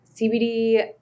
CBD